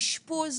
אשפוז